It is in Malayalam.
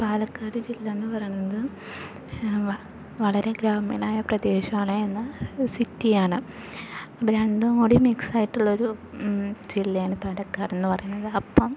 പാലക്കാട് ജില്ലയെന്നു പറയണത് വളരെ ഗ്രാമീണമായ പ്രദേശമാണ് എന്നാൽ സിറ്റിയാണ് അപ്പോൾ രണ്ടും കൂടി മിക്സായിട്ടുള്ളൊരു ജില്ലയാണ് പാലക്കാട് എന്ന് പറയുന്നത് അപ്പോൾ